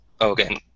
Okay